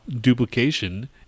duplication